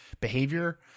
behavior